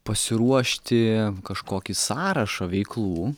pasiruošti kažkokį sąrašą veiklų